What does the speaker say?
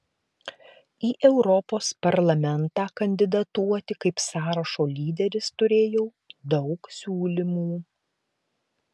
į europos parlamentą kandidatuoti kaip sąrašo lyderis turėjau daug siūlymų